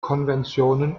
konventionen